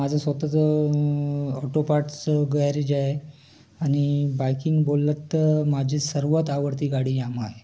माझं स्वत चं ऑटो पाटचं गॅरेज आहे आणि बाइकिंग बोललात तर माझी सर्वात आवडती गाडी यामाहा आहे